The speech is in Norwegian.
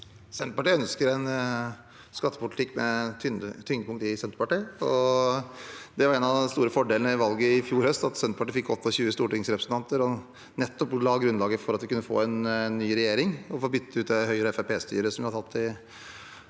Sen- terpartiet ønsker en skattepolitikk med tyngdepunkt i Senterpartiet. Det var en av de store fordelene ved valget i fjor høst; at Senterpartiet fikk 28 stortingsrepresentanter og la grunnlaget for at vi kunne få en ny regjering og bytte ut Høyre–Fremskrittspartiet-styret,